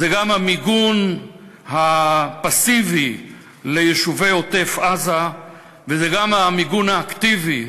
זה גם המיגון הפסיבי ליישובי עוטף-עזה וזה גם המיגון האקטיבי,